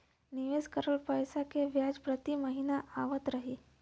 निवेश करल पैसा के ब्याज प्रति महीना आवत रही?